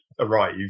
arrive